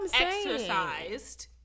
exercised